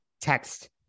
text